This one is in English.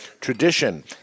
tradition